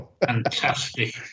Fantastic